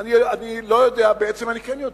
אני לא יודע, בעצם אני כן יודע,